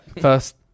first